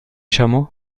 chameau